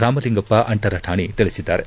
ರಾಮಲಿಂಗಪ್ಪ ಅಂಟರಕಾಣಿ ತಿಳಿಸಿದರು